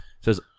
says